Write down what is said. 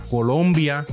Colombia